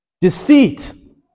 Deceit